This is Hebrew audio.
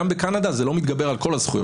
גם בקנדה זה לא מתגבר על כל הזכויות,